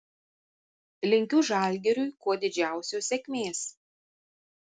linkiu žalgiriui kuo didžiausios sėkmės